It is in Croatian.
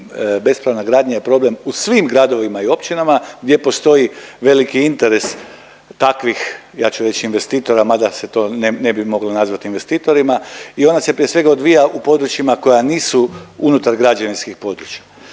bespravna gradnja je problem u svim gradovima i općinama gdje postoji veliki interes takvih ja ću reć investitora mada se to ne bi moglo nazvati investitorima i ona se prije svega odvija u područjima koja nisu unutar građevinskih područja,